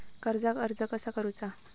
कर्जाक अर्ज कसा करुचा?